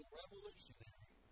revolutionary